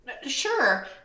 Sure